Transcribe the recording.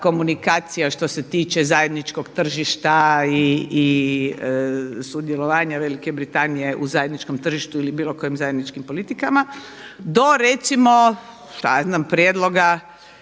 komunikacija što se tiče zajedničkog tržišta i sudjelovanja Velike Britanije u zajedničkom tržištu ili bilo kojim zajedničkim politikama do recimo šta ja zna prijedloga